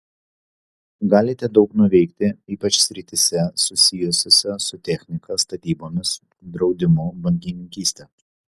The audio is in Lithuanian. galite daug nuveikti ypač srityse susijusiose su technika statybomis draudimu bankininkyste